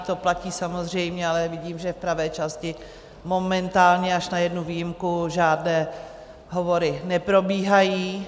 To platí samozřejmě... ale vidím, že v pravé části, momentálně až na jednu výjimku, žádné hovory neprobíhají.